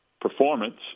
performance